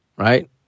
right